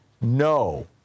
no